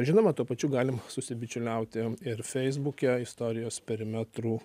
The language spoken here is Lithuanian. žinoma tuo pačiu galim susibičiuliauti ir feisbuke istorijos perimetrų